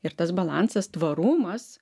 ir tas balansas tvarumas